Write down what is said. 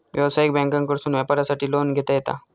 व्यवसायिक बँकांकडसून व्यापारासाठी लोन घेता येता